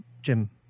Jim